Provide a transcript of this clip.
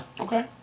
Okay